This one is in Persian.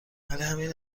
همین